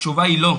התשובה היא לא.